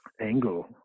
angle